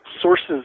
sources